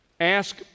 Ask